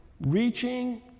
Reaching